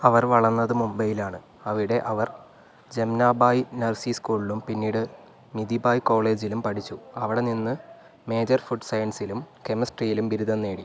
അവർ വളർന്നത് മുംബൈയിലാണ് അവിടെ അവർ ജംനാബായി നർസി സ്കൂളിലും പിന്നീട് മിതിഭായ് കോളേജിലും പഠിച്ചു അവിടെ നിന്ന് മേജർ ഫുഡ് സയൻസിലും കെമിസ്ട്രിയിലും ബിരുദം നേടി